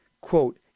quote